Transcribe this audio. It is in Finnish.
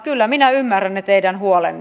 kyllä minä ymmärrän ne teidän huolenne